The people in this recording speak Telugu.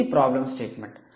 ఇది 'ప్రాబ్లం స్టేట్మెంట్